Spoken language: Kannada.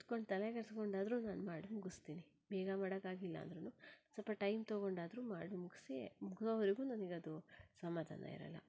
ಕುತ್ಕೊಂಡು ತಲೆಕೆಡ್ಸ್ಕೊಂಡಾದ್ರು ನಾನು ಮಾಡಿ ಮುಗಿಸ್ತೀನಿ ಬೇಗ ಮಾಡಕ್ಕಾಗಿಲ್ಲ ಅಂದ್ರೂನು ಸ್ವಲ್ಪ ಟೈಮ್ ತೊಗೊಂಡಾದ್ರು ಮಾಡಿ ಮುಗಿಸಿಯೇ ಮುಗಿಯೋವರೆಗೂ ನನಗೆ ಅದು ಸಮಾಧಾನ ಇರಲ್ಲ